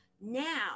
now